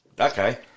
Okay